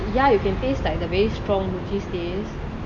ya you can taste like the very strong blue cheese taste